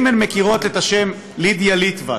אם הן מכירות את השם לידיה ליטבק.